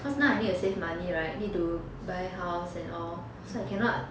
cause now I need to save money [right] need to buy house and all so I cannot